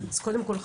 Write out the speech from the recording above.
אז קודם כל,